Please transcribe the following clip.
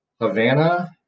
Havana